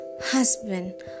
Husband